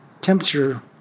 temperature